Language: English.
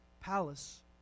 palace